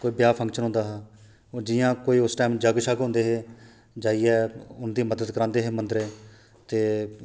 कोई ब्याह् फंक्शन होंदा हा जि'यां कोई उस टाइम जग शग होंदे हे जाइयै उं'दी मदद करांदे हे मंदरै ते